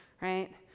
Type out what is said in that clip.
right